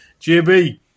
jb